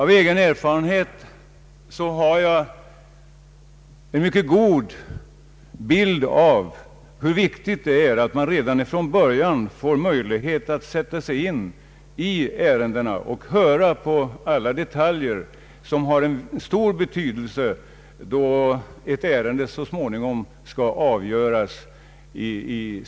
Av egen erfarenhet har jag en mycket god erfarenhet av hur viktigt det är att redan från början få möjlighet att sätta sig in i ärendena och höra på alla detaljer, vilka ju kan ha stor betydelse när ärendet skall avgöras.